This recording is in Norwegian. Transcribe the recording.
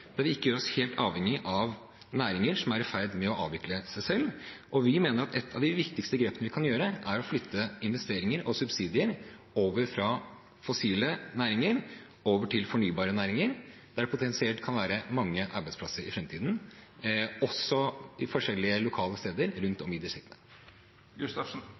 der vi ikke gjør oss helt avhengige av næringer som er i ferd med å avvikle seg selv. Vi mener at ett av de viktigste grepene vi kan gjøre, er å flytte investeringer og subsidier fra fossile næringer over til fornybare næringer, der det potensielt kan være mange arbeidsplasser i framtiden, også på forskjellige lokale steder rundt